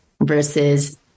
versus